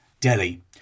Delhi